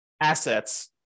assets